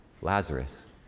Lazarus